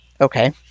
Okay